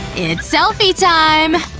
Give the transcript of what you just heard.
it's selfie time!